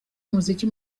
umuziki